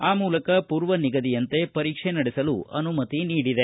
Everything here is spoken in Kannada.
ಆ ಮೂಲಕ ಪೂರ್ವ ನಿಗದಿಯಂತೆ ಪರೀಕ್ಷೆ ನಡೆಸಲು ಅನುಮತಿ ನೀಡಿದೆ